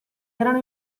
erano